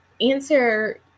answer